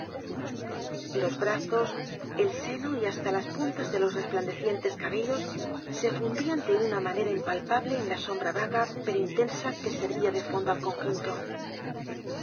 los brazos el seno y hasta las puntas de los resplandecientes cabellos se fundían de una manera impalpable en la sombra vaga pero intensa que servía de fondo al conjunto